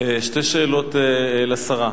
שתי שאלות לשרה.